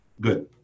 Good